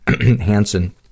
Hansen